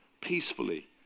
peacefully